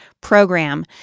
program